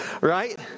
right